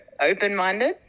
open-minded